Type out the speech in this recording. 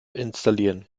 installieren